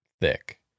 thick